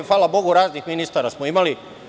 Hvala Bogu, raznih ministara smo imali.